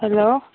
hello